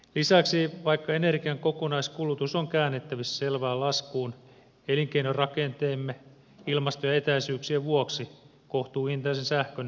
lisäksi vaikka energian kokonaiskulutus on käännettävissä selvään laskuun elinkeinorakenteemme ilmaston ja etäisyyksien vuoksi kohtuuhintaisen sähkön kulutus kasvaa